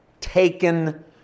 taken